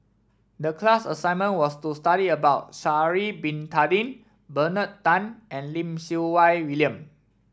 the class assignment was to study about Sha'ari Bin Tadin Bernard Tan and Lim Siew Wai William